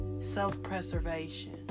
Self-preservation